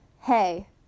hey